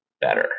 better